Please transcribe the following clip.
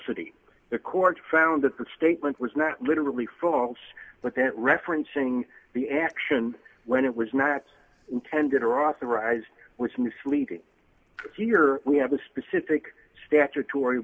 falsity the court found that the statement was not literally false but that referencing the action when it was not intended or authorized was misleading here we have a specific statutory